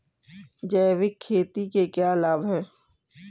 जैविक खेती के क्या लाभ हैं?